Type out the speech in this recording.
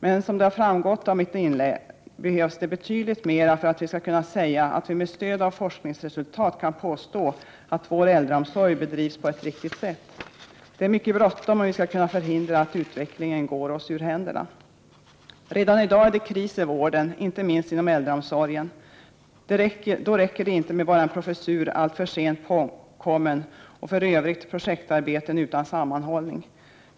Men som det har framgått av mitt inlägg, behövs det betydligt mera för att vi skall kunna säga att vi med stöd av forskningsresultat kan påstå att vår äldreomsorg bedrivs på ett riktigt sätt. Det är mycket bråttom, om vi skall kunna förhindra att utvecklingen går oss ur händerna. Redan i dag är det kris i vården, inte minst inom äldreomsorgen. Då räcker det inte med bara en professur, alltför sent påkommen, och för övrigt projektarbeten utan sammanhållning.